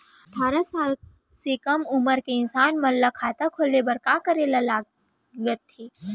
अट्ठारह साल से कम उमर के इंसान मन ला खाता खोले बर का करे ला लगथे?